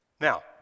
Now